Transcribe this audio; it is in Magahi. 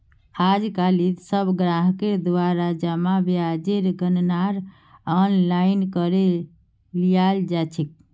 आजकालित सब ग्राहकेर द्वारा जमा ब्याजेर गणनार आनलाइन करे लियाल जा छेक